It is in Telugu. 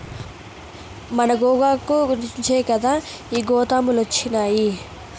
మన గోగాకు నుంచే కదా ఈ గోతాములొచ్చినాయి